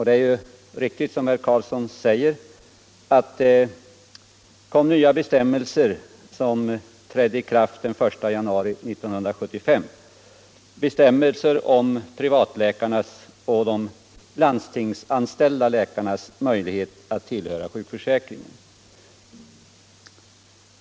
Det är riktigt som herr Carlsson säger att nya bestämmelser trädde i kraft den 1 januari 1975 beträffande privatläkarnas och de landstingsanställda läkarnas möjlighet att tillhöra sjukförsäkringen.